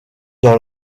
dans